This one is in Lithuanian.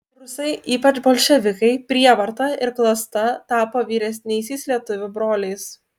rusai ypač bolševikai prievarta ir klasta tapo vyresniaisiais lietuvių broliais